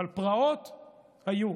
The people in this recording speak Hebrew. אבל פרעות היו.